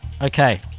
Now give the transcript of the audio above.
Okay